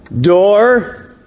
Door